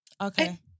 Okay